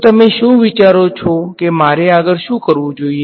તો તમે શું વિચારો છો કે મારે આગળ શું કરવું જોઈએ